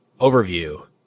overview